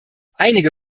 einige